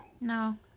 No